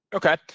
ok.